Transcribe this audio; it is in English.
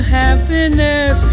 happiness